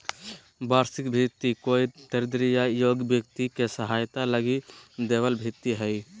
वार्षिक भृति कोई दरिद्र या योग्य व्यक्ति के सहायता लगी दैबल भित्ती हइ